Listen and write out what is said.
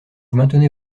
maintenez